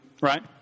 right